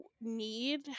need